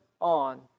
on